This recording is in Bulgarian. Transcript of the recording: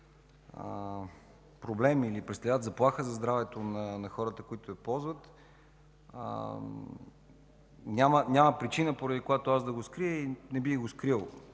проблем или заплаха за здравето на хората, които я ползват, няма причина, поради която да го скрия и не бих го скрил.